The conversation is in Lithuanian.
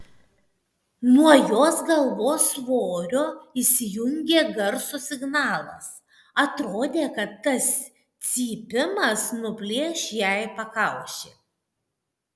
nuo jos galvos svorio įsijungė garso signalas atrodė kad tas cypimas nuplėš jai pakaušį